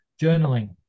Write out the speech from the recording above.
journaling